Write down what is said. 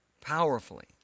powerfully